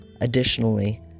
Additionally